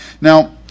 Now